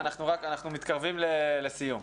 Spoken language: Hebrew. אנחנו מתקרבים לסיום.